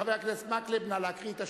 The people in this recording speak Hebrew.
חבר הכנסת מקלב, נא להקריא את השאלה,